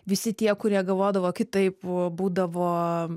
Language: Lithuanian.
visi tie kurie galvodavo kitaip būdavo